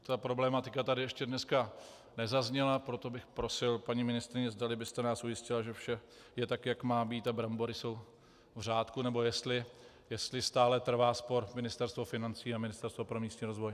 Ta problematika tady ještě dnes nezazněla, proto bych prosil, paní ministryně, zdali byst nás ujistila, že vše je tak, jak má být, a brambory jsou v řádku, nebo jestli stále trvá spor Ministerstva financí a Ministerstva pro místní rozvoj.